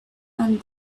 and